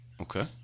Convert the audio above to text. Okay